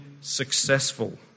successful